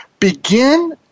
Begin